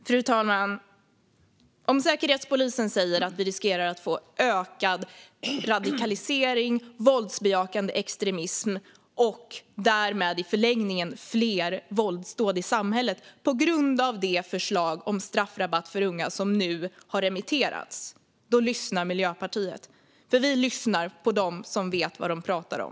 Fru talman! Om Säkerhetspolisen säger att vi riskerar att få ökad radikalisering, våldsbejakande extremism och därmed i förlängningen fler våldsdåd i samhället på grund av det förslag om straffrabatt för unga som nu har remitterats lyssnar Miljöpartiet. Vi lyssnar på dem som vet vad de pratar om.